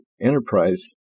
enterprise